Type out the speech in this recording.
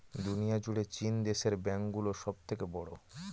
দুনিয়া জুড়ে চীন দেশের ব্যাঙ্ক গুলো সব থেকে বড়ো